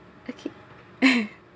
okay